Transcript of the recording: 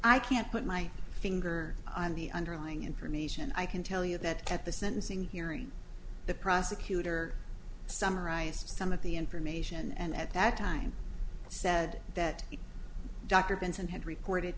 i can't put my finger on the underlying information i can tell you that at the sentencing hearing the prosecutor summarized some of the information and at that time said that dr benson had reported